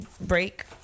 break